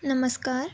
नमस्कार